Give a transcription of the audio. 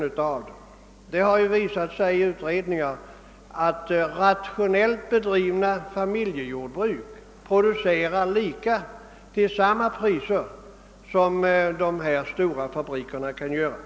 Utredningen har visat att rationellt bedrivna familjejordbruk kan producera till samma priser som dessa stora fläskfabriker kan göra.